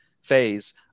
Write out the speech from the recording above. phase